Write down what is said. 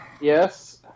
Yes